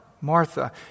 Martha